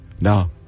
now